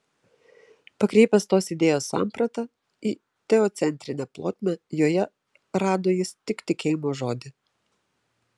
pakreipęs tos idėjos sampratą į teocentrinę plotmę joje rado jis tik tikėjimo žodį